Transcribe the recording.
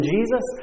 Jesus